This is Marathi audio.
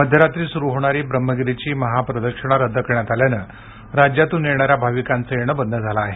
मध्यरात्री सुरू होणारी ब्रह्मगिरीची महा प्रदक्षिणा रद्द करण्यात आल्यामुळे राज्यातून येणाऱ्या भाविकांचे येणे बंद झाले आहे